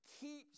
keeps